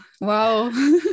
Wow